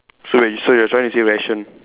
so wait so you're trying to say ration